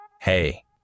Hey